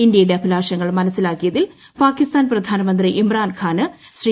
ഇന്ത്യയുടെ അഭിലാഷങ്ങൾ മനസ്സിലാക്കിയതിൽ പാക്ടിസ്ഥാൻ പ്രധാനമന്ത്രി ഇമ്രാൻ ഖാന് ശ്രീ